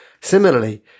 Similarly